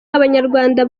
abanyarwanda